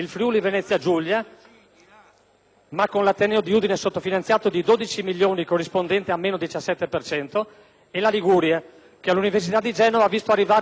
(ma con l'ateneo di Udine sottofinanziato di 12 milioni, corrispondenti a un meno 17 per cento) e la Liguria, che all'università di Genova ha visto arrivare il 12 per